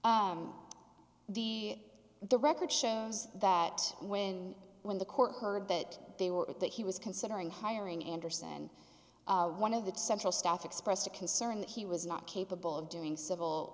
did the the record shows that when when the court heard that they were that he was considering hiring andersen one of the central staff expressed a concern that he was not capable of doing civil